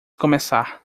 começar